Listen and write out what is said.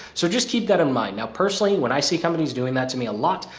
so just keep that in mind. now, personally, when i see companies doing that to me a lot,